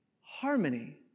harmony